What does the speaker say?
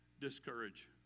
discourage